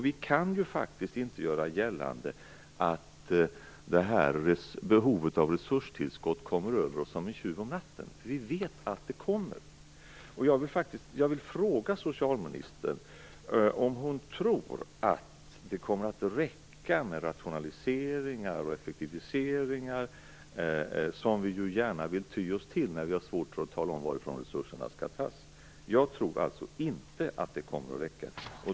Vi kan ju faktiskt inte göra gällande att detta behov av resurstillskott kommer över oss som en tjuv om natten. Vi vet ju att det kommer. Jag vill fråga socialministern om hon tror att det kommer att räcka med rationaliseringar och effektiviseringar som vi ju gärna vill ty oss till när vi har svårt att tala om varifrån resurserna skall tas. Jag tror alltså inte att det kommer att räcka.